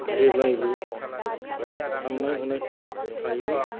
जेब्लायबो सान्नाय हनाय थिग थायो